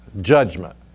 judgment